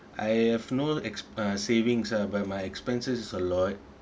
I have no ex~ uh savings ah but my expenses is a lot